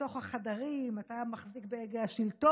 אתה יושב בתוך החדרים, אתה מחזיק בהגה השלטון,